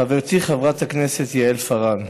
חברתי חברת הכנסת יעל פארן,